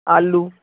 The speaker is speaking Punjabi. ਆਲੂ